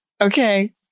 Okay